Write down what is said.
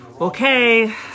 Okay